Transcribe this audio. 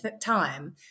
time